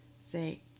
say